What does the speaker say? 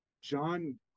John